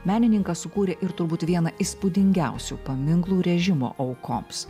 menininkas sukūrė ir turbūt vieną įspūdingiausių paminklų režimo aukoms